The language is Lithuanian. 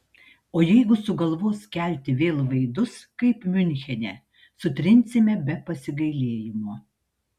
o jeigu sugalvos kelti vėl vaidus kaip miunchene sutrinsime be pasigailėjimo